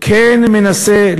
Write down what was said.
כן מנסה,